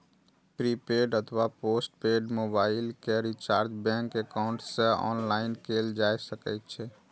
prepaid अथवा postpaid mobile के recharge bank account सं ऑनलाइन कैल जा सकै छै